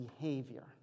behavior